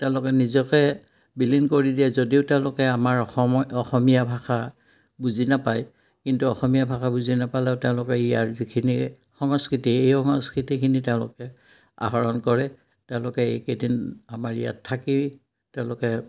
তেওঁলোকে নিজকে বিলীন কৰি দিয়ে যদিও তেওঁলোকে আমাৰ অসমৰ অসমীয়া ভাষা বুজি নাপায় কিন্তু অসমীয়া ভাষা বুজি নাপালেও তেওঁলোকে ইয়াৰ যিখিনি সংস্কৃতি এই সংস্কৃতিখিনি তেওঁলোকে আহৰণ কৰে তেওঁলোকে এইকেইদিন আমাৰ ইয়াত থাকি তেওঁলোকে